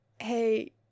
hey